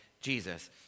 Jesus